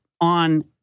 on